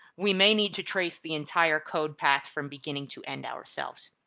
we may need to trace the entire code path from beginning to end ourselves.